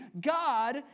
God